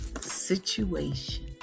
situation